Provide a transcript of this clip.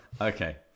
Okay